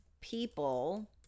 people